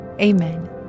Amen